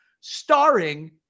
starring